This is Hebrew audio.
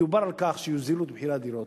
דובר על הוזלת הדירות.